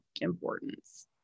importance